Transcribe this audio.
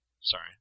Sorry